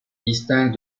distingue